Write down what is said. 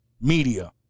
media